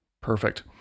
perfect